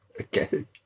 Okay